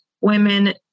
women